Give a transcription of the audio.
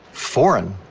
foreign,